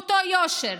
באותו יושר,